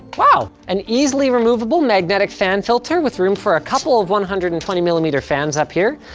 wow, an easily removable magnetic fan filter with room for a couple of one hundred and twenty millimeter fans up here.